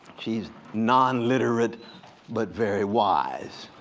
she's non-literate but very wise,